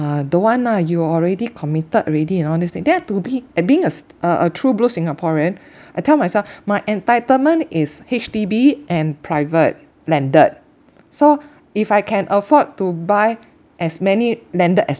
uh don't want ah you already committed already and all this thing then I have to be and being as a a true blue singaporean I tell myself my entitlement is H_D_B and private landed so if I can afford to buy as many landed as